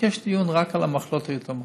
לבקש דיון רק על המחלות היתומות,